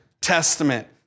Testament